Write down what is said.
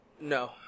No